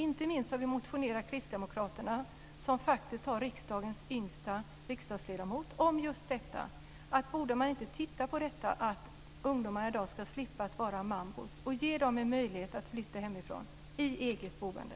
Inte minst har vi kristdemokrater motionerat - vi har faktiskt riksdagens yngsta ledamot - om att man just borde titta på detta att ungdomar i dag ska slippa vara mambor och få möjlighet att flytta hemifrån till eget boende.